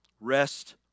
Rest